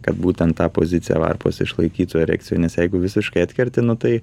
kad būtent tą poziciją varpos išlaikytų erekcija nes jeigu visiškai atkerti nu tai